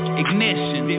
ignition